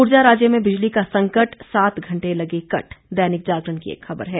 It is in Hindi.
ऊर्जा राज्य में बिजली का संकट सात घंटे लगे कट दैनिक जागरण की एक खबर है